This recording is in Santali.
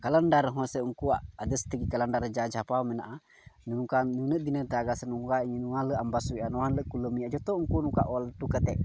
ᱠᱮᱞᱮᱱᱰᱟᱨ ᱨᱮᱦᱚᱸ ᱥᱮ ᱩᱱᱠᱩᱣᱟᱜ ᱟᱫᱮᱥ ᱛᱮᱜᱮ ᱠᱮᱞᱮᱱᱰᱟᱨ ᱨᱮ ᱡᱟ ᱪᱷᱟᱯᱟᱣ ᱢᱮᱱᱟᱜᱼᱟ ᱱᱚᱝᱠᱟ ᱱᱩᱱᱟᱹᱜ ᱫᱤᱱᱮ ᱫᱟᱜᱟ ᱥᱮ ᱱᱚᱝᱠᱟ ᱱᱚᱣᱟ ᱦᱤᱞᱳᱜ ᱟᱢᱵᱟᱥ ᱦᱳᱭᱳᱜᱼᱟ ᱱᱚᱣᱟ ᱦᱤᱞᱳᱜ ᱠᱩᱱᱟᱹᱢᱤ ᱦᱳᱭᱳᱜᱼᱟ ᱡᱚᱛᱚ ᱩᱱᱠᱩ ᱱᱚᱝᱠᱟ ᱚᱞ ᱦᱚᱴᱚ ᱠᱟᱛᱮᱫ